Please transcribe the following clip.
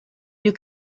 you